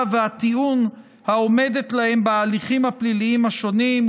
והטיעון העומדים להם בהליכים הפליליים השונים,